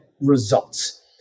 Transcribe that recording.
results